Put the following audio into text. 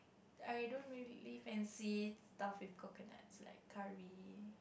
I don't really fancy stuff with coconut so like Curry